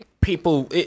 people